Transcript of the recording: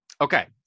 Okay